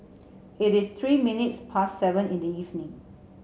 it is three minutes past seven in the evening